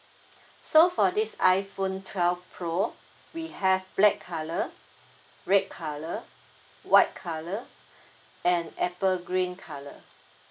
so for this iphone twelve pro we have black colour red colour white colour and apple green colour